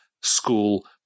school